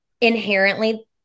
inherently